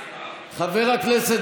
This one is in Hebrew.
חבר הכנסת